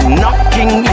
knocking